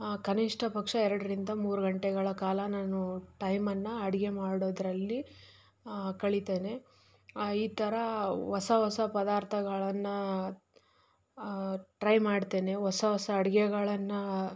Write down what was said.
ಕನಿಷ್ಠ ಪಕ್ಷ ಎರಡರಿಂದ ಮೂರು ಗಂಟೆಗಳ ಕಾಲ ನಾನು ಟೈಮನ್ನು ಅಡುಗೆ ಮಾಡೋದ್ರಲ್ಲಿ ಕಳಿತೇನೆ ಈ ಥರ ಹೊಸ ಹೊಸ ಪದಾರ್ಥಗಳನ್ನು ಟ್ರೈ ಮಾಡ್ತೇನೆ ಹೊಸ ಹೊಸ ಅಡುಗೆಗಳನ್ನ